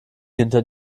hinter